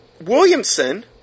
Williamson